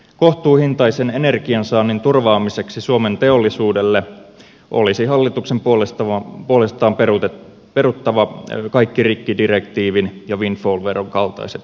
kohtuuhintaisen energiansaannin turvaamiseksi suomen teollisuudelle olisi hallituksen puolestaan peruttava kaikki rikkidirektiivin ja windfall veron kaltaiset turhat rasitteet